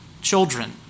Children